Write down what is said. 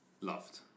loved